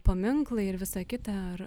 paminklai ir visa kita ar